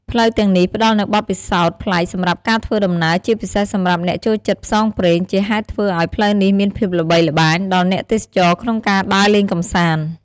ផ្លូវទាំងនេះផ្តល់នូវបទពិសោធន៍ប្លែកសម្រាប់ការធ្វើដំណើរ ជាពិសេសសម្រាប់អ្នកចូលចិត្តផ្សងព្រេង ជាហេតុធ្វើឲ្យផ្លូវនេះមានភាពល្បីល្បាញដល់អ្នកទេសចរក្នុងការដើរលេងកម្សាន្ត។